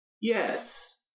Yes